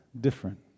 different